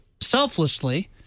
selflessly